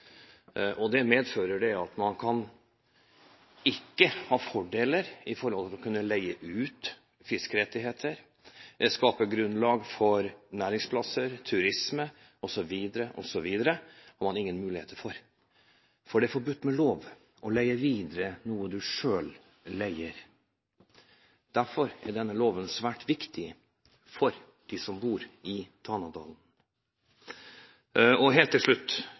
staten. Det medfører at man ikke kan ha fordeler ved å leie ut fiskerettigheter. Det kunne skapt grunnlag for næringsliv, turisme osv. Dette har man ingen muligheter for, fordi det er forbudt ved lov å leie videre noe du selv leier. Derfor er denne loven svært viktig for dem som bor i Tanadalen. Helt til slutt: